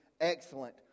excellent